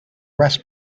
west